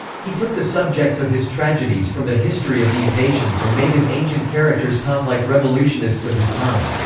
he took the subjects of his tragedies from the history of these nations and made his ancient characters talk like revolutionists of his time.